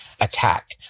attack